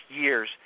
years